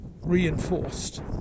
reinforced